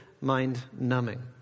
mind-numbing